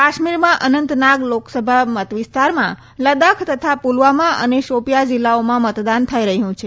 કાશ્મીરમાં અનંતનાગ લોકસભા મતવિસ્તારમાં લદ્દાખ તથા પુલવામા અને શોપીયાં જિલ્લાઓમાં મતદાન થઈ રહ્યું છે